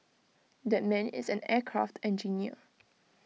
that man is an aircraft engineer